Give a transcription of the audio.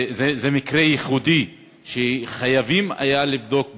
זה מקרה ייחודי שחייבים היו לבדוק בבית: